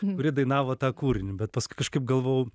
kuri dainavo tą kūrinį bet paskui kažkaip galvojau